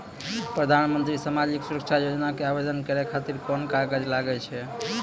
प्रधानमंत्री समाजिक सुरक्षा योजना के आवेदन करै खातिर कोन कागज लागै छै?